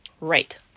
Right